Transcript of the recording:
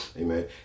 amen